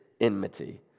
enmity